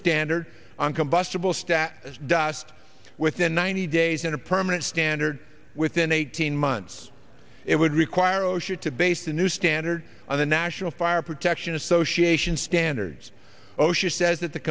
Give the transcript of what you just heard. stat dust within ninety days in a permanent standard within eighteen months it would require osha to base the new standard on the national fire protection association standards osha says that the